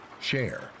share